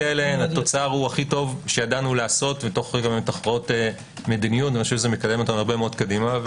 התוצר הוא הכי טוב שידענו לעשות ואני חושב שזה מקדם אותנו מאוד קדימה.